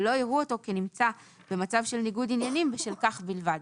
ולא יראו אותו כנמצא במצב של ניגוד עניינים בשל כך בלבד.